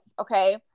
okay